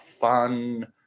fun